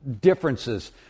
differences